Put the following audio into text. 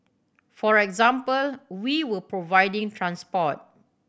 for example we were providing transport